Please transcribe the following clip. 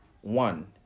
one